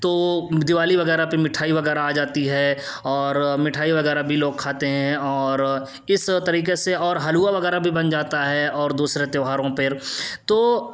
تو دیوالی وغیرہ پہ میٹھائی وغیرہ آ جاتی ہے اور مٹھائی وغیرہ بھی لوگ کھاتے ہیں اور کس طریقے سے اور حلوہ وغیرہ بھی بن جاتا ہے اور دوسرے تہواروں پر تو